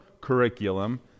curriculum